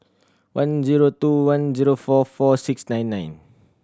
one zero two one zero four four six nine nine